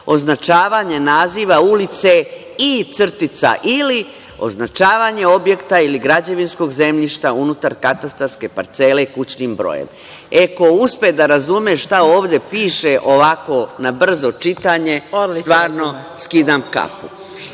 označavanje naziva ulice i/ili označavanje objekta ili građevinskog zemljišta unutar katastarske parcele kućnim brojem.“ E, ko uspe da razume šta ovde piše ovako na brzo čitanje, stvarno, skidam kapu. Ovo